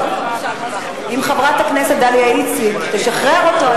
אם חברת הכנסת איציק תשחרר אותו,